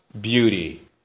Beauty